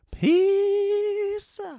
Peace